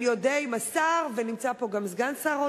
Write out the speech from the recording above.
אני אודה אם השר, ונמצא פה גם סגן השר,